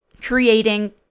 creating